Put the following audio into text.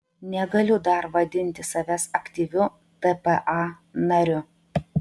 negaliu dar vadinti savęs aktyviu tpa nariu